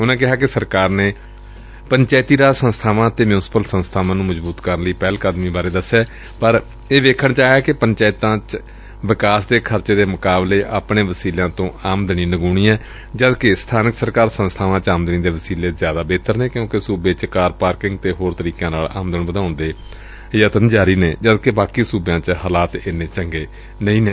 ਉਨੂਾ ਕਿਹਾ ਕਿ ਸਰਕਾਰ ਨੇ ਪੰਚਾਇਤੀ ਰਾਜ ਸੰਸਬਾਵਾਂ ਅਤੇ ਮਿਉਂਸਪਲ ਸੰਸਬਾਵਾਂ ਨੂੰ ਮਜ਼ਬੂਤ ਕਰਨ ਲਈ ਪਹਿਲ ਕਦਮੀ ਬਾਰੇ ਦਸਿਐ ਪਰ ਇਹ ਵੇਖਣ ਚ ਆਇਐ ਕਿ ਪੰਚਾਇਤਾਂ ਦੀ ਵਿਕਾਸ ਦੇ ਖਰਚੇ ਦੇ ਮੁਕਾਬਲੇ ਆਪਣੇ ਵਸੀਲਿਆਂ ਤੋਂ ਆਮਦੀ ਨਿਗੁਣੀ ਏ ਜਦ ਕਿ ਸਥਾਨਕ ਸਰਕਾਰ ਸੰਸਥਾਵਾਂ ਵਿਚ ਆਮਦਨੀ ਦੇ ਵਸੀਲੇ ਜ਼ਿਆਦਾ ਬਿਹਤਰ ਨੇ ਕਿਉਂਕਿ ਸੂਬੇ ਚ ਕਾਰ ਪਾਰਕਿੰਗ ਤੇ ਹੋਰ ਤਰੀਕਿਆਂ ਨਾਲ ਆਮਦਨ ਵਧਾਉਣ ਦੇ ਯਤਨ ਜਾਰੀ ਨੇ ਜਦ ਕਿ ਬਾਕੀ ਸੂਬਿਆਂ ਚ ਹਾਲਾਤ ਏਨੇ ਚੰਗੇ ਨਹੀਂ ਏ